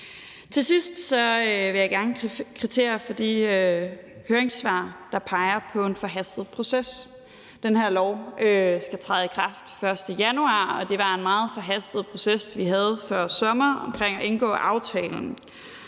Til sidst vil jeg gerne kvittere for de høringssvar, der peger på en forhastet proces. Den her lov skal træde i kraft den 1. januar 2024, og det var en meget forhastet proces, vi havde før sommer omkring at indgå aftalerne.